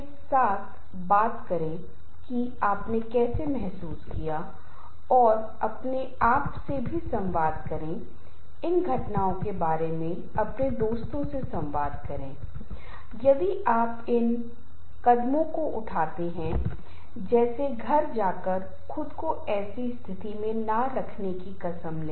जब हम समूह के बारे में बात करते हैं तो आम तौर पर लोग कहते हैं कि जब हम एक समूह में काम कर रहे होते हैं तो एक लक्ष्य होता है जिसे हमें प्राप्त करना होता है लेकिन निश्चित रूप से कोई भी दो व्यक्ति एक ही तरह का स्वभाव और व्यवहार नहीं रखते हैं